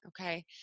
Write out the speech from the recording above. okay